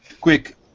quick